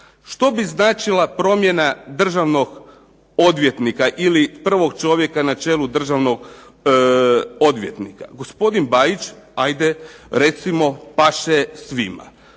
Što bi znači promjena državnog odvjetnika ili prvog čovjeka na čelu državnog odvjetnika? Gospodin Bajić, ajde recimo paše svima.